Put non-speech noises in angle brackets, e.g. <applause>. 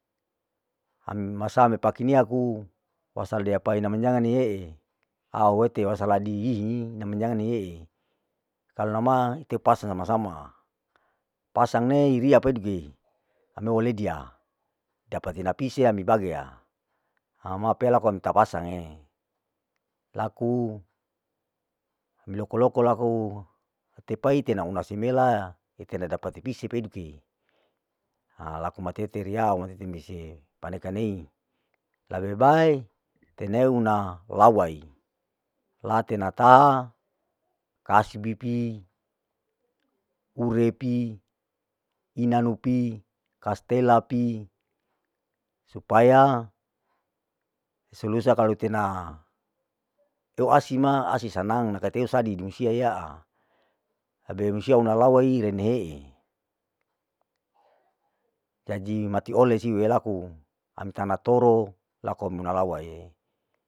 Ami masa me pake niaku wasaldea paena manjanganie'e au wete wasaladi'i nam manjangan nie'e, kalu ma ite pas sama sama, pasang rei nia peduke, ami huleidia dapat una pise ami bagea, ama pea laku ami tapasange, laku mi loko loko laku tepai tena una simela, iter tardapati pise peduke, ha laku matei teriau <unintelligible> paneka nei, lebe bae teneu ula lawai, latena taha, kasbi pi, ure pi, inanu pi, kastela pi supaya eso lusa kalu tena tua sima asi sanang nakateu sadi dimusia iyaa, lebe musia una lawai renei'e, jadi ati ole si welaku ami tamatoro laku ami munalawae.